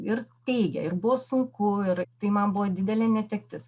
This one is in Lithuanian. ir teigia ir buvo sunku ir tai man buvo didelė netektis